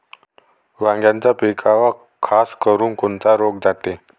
वांग्याच्या पिकावर खासकरुन कोनचा रोग जाते?